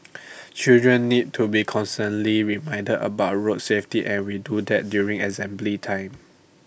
children need to be constantly reminded about road safety and we do that during assembly time